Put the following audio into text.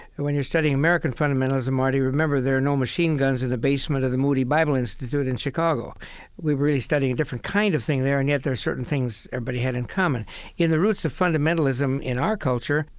when you're studying american fundamentalism, marty, remember there are no machine guns in the basement of the moody bible institute in chicago we were really studying a different kind of thing there, and yet there are certain things everybody but had in common in the roots of fundamentalism in our culture,